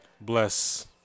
Bless